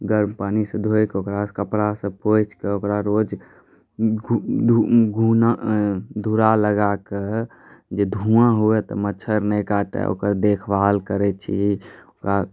गरम पानीसँ धोइकऽ ओकरा कपड़ासँ पोछिकऽ ओकरा रोज घूरा लगाकऽ जे धुइआँ होअए तऽ मच्छर नहि काटै ओकर देखभाल करै छी ओकरा